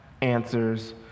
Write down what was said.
answers